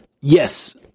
Yes